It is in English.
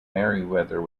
meriwether